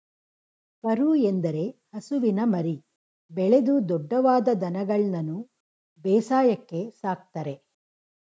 ಕರು ಎಂದರೆ ಹಸುವಿನ ಮರಿ, ಬೆಳೆದು ದೊಡ್ದವಾದ ದನಗಳನ್ಗನು ಬೇಸಾಯಕ್ಕೆ ಸಾಕ್ತರೆ